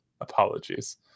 apologies